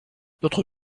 notre